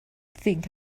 think